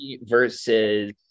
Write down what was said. Versus